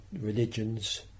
religions